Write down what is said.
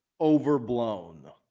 overblown